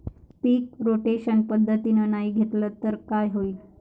पीक rotation पद्धतीनं नाही घेतलं तर काय होईन?